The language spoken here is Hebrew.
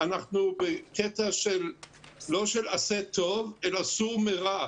אנחנו בקטע לא של עשה טוב אלא סור מרע.